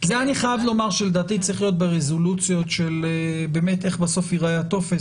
אני חייב לומר שלדעתי זה צריך להיות ברזולוציות איך בסוף ייראה הטופס.